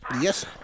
Yes